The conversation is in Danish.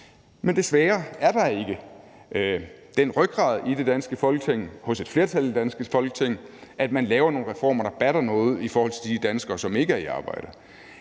Men desværre er der ikke den rygrad i det danske Folketing, hos et flertal i det danske Folketing, så man laver nogle reformer, der batter noget, i forhold til de danskere, som ikke er i arbejde.